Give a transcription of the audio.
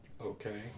Okay